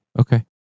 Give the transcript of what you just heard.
Okay